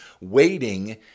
waiting